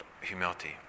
Humility